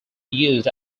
used